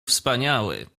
wspaniały